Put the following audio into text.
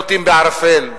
לוטים בערפל,